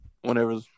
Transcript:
whenever